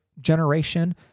generation